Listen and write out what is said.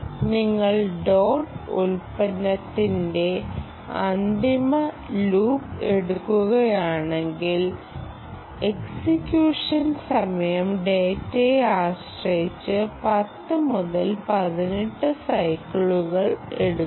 നിങ്ങൾ ഡോട്ട് ഉൽപ്പന്നത്തിന്റെ ആന്തരിക ലൂപ്പ് എടുക്കുകയാണെങ്കിൽ എക്സിക്യൂഷൻ സമയം ഡാറ്റയെ ആശ്രയിച്ച് 10 മുതൽ 18 സൈക്കിളുകൾ എടുക്കാം